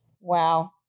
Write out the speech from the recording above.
wow